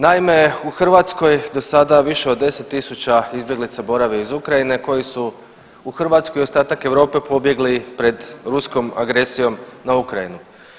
Naime, u Hrvatskoj do sada više od 10.000 izbjeglica boravi iz Ukrajine koji su u Hrvatsku i ostatak Europe pobjegli pred ruskom agresijom na Ukrajinu.